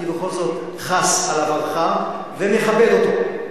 אני בכל זאת חס על עברך ומכבד אותו.